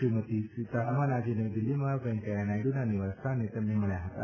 શ્રીમતી સીતારામન આજે નવી દીલ્હીમાં વૈકેયા નાયડુના નિવાસસ્થાને મળ્યા હતા